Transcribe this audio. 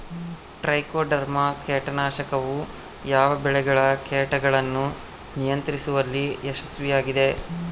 Trichoderma ಕೇಟನಾಶಕವು ಯಾವ ಬೆಳೆಗಳ ಕೇಟಗಳನ್ನು ನಿಯಂತ್ರಿಸುವಲ್ಲಿ ಯಶಸ್ವಿಯಾಗಿದೆ?